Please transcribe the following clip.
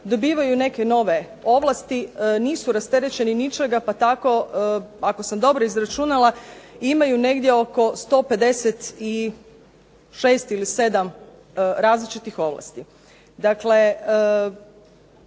dobivaju neke nove ovlasti, nisu rasterećeni ničega pa tako ako sam dobro izračunala imaju negdje oko 156 ili 7 različitih ovlasti.